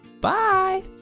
Bye